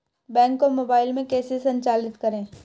Bank को mobile में कैसे संचालित करें?